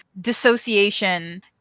dissociation